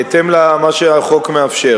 לא ניתן לחברי הכנסת, בהתאם למה שהחוק מאפשר.